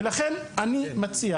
אז אני מציע,